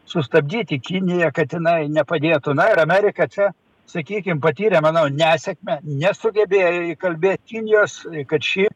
sustabdyti kiniją kad jinai nepadėtų na ir amerika čia sakykim patyrė manau nesėkmę nesugebėjo įkalbėti kinijos kad ši